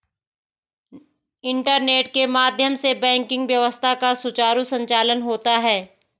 internet के माध्यम से बैंकिंग व्यवस्था का सुचारु संचालन होता है